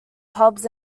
pubs